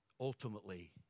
Ultimately